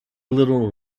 little